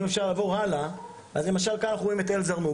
למשל כאן אנחנו רואים את אל זרמוק.